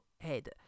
head